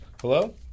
Hello